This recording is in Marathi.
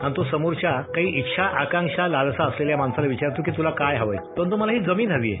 आणि तो समोरच्या काही इच्छा आकांक्षा लालसा असलेल्या माणसाला विचारतो की तुला काय हवंय तर तो म्हणतो मला ही जमीन हवीय